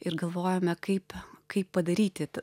ir galvojome kaip kaip padaryti